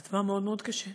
זה דבר מאוד מאוד קשה.